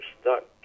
stuck